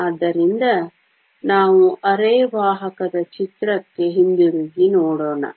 ಆದ್ದರಿಂದ ನಾವು ಅರೆವಾಹಕದ ಚಿತ್ರಕ್ಕೆ ಹಿಂತಿರುಗಿ ನೋಡೋಣ